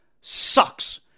Sucks